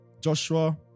Joshua